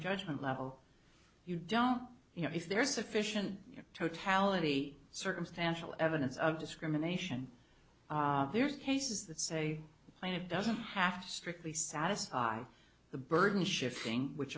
judgment level you don't know you know if there's sufficient totality circumstantial evidence of discrimination there's cases that say you know it doesn't half strictly satisfy the burden shifting which